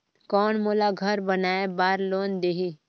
कौन मोला घर बनाय बार लोन देही?